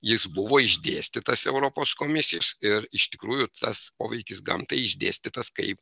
jis buvo išdėstytas europos komisijos ir iš tikrųjų tas poveikis gamtai išdėstytas kaip